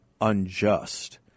unjust